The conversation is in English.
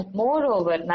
moreover